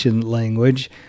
language